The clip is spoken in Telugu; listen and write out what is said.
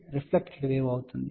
రిఫ్లెక్టెడ్ వేవ్ అవుతుంది